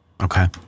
okay